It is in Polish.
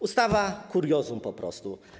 Ustawa kuriozum po prostu.